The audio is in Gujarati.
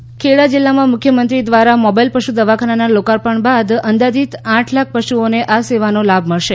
મોબાઈલ પશુ દવાખાનું ખેડા જિલ્લામા મુખ્યમંત્રી દ્વારા મોબાઈલ પશુ દવાખાનાના લોકાર્પણ બાદ અંદાજિત આઠ લાખ પશુઓને આ સેવાનો લાભ મળશે